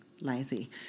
lazy